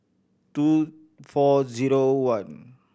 two four zero one